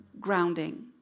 grounding